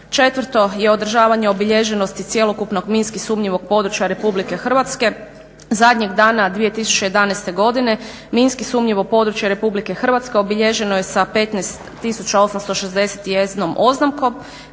Četvrto, održavanje obilježenosti cjelokupnog minski sumnjivog područja RH. Zadnjeg dana 2011. godine minski sumnjivo područje RH obilježeno je sa 15 tisuća 861 oznakom